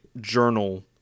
journal